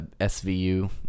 SVU